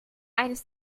eines